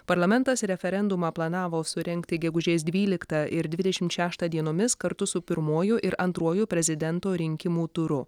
parlamentas referendumą planavo surengti gegužės dvyliktą ir dvidešimt šeštą dienomis kartu su pirmuoju ir antruoju prezidento rinkimų turu